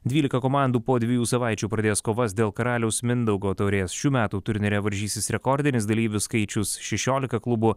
dvylika komandų po dviejų savaičių pradės kovas dėl karaliaus mindaugo taurės šių metų turnyre varžysis rekordinis dalyvių skaičius šešiolika klubų